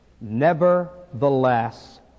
Nevertheless